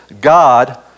God